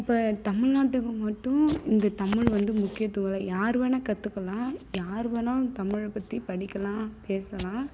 அப்போ தமிழ்நாட்டுக்கு மட்டும் இந்த தமிழ் வந்து முக்கியத்துவம் இல்லை யார் வேணுணா கற்றுக்கலாம் யார் வேணுணா தமிழைப் பற்றி படிக்கலாம் பேசலாம்